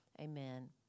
Amen